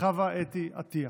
וחוה אתי עטייה.